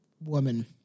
woman